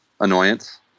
annoyance